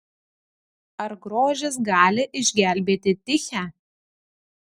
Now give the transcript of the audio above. ar grožis gali išgelbėti tichę